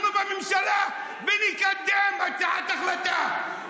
אנחנו בממשלה, ונקדם הצעת החלטה.